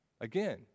Again